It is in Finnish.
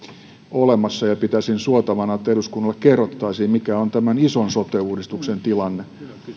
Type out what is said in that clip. olemassa ja pitäisin suotavana että eduskunnalle kerrottaisiin mikä on tämän ison sote uudistuksen tilanne